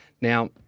Now-